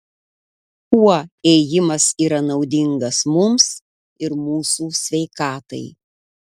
kuo ėjimas yra naudingas mums ir mūsų sveikatai